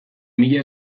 mila